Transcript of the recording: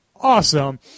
Awesome